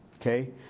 Okay